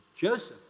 Joseph